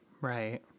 Right